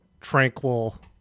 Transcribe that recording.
tranquil